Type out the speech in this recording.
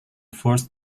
first